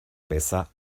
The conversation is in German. besser